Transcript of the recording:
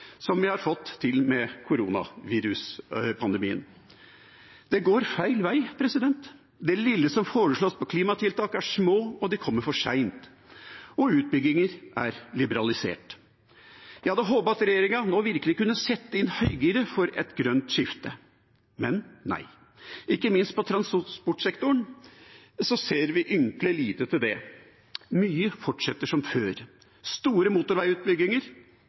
Det går feil vei. Det som foreslås til klimatiltak, er lite, og det kommer for seint. Og utbygginger er liberalisert. Jeg hadde håpet at regjeringa nå virkelig kunne sette inn høygiret for et grønt skifte, men nei. Ikke minst i transportsektoren ser vi ynkelig lite til det. Mye fortsetter som før, med store motorveiutbygginger,